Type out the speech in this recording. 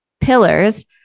pillars